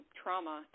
trauma